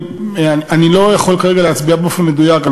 אני לא יכול כרגע להצביע באופן מדויק על